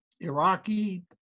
Iraqi